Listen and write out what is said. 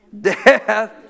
death